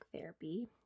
therapy